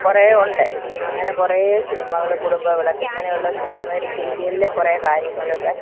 കുറേ ഉണ്ട് അങ്ങനെ കുറേ സിനിമകൾ കുടുംബവിളക്ക് ഇങ്ങനെയുള്ള സിനിമയുടെ സീരിയലിലെ കുറെ കാര്യങ്ങൾ ഒക്കെ